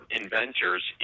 inventors